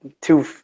Two